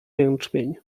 jęczmień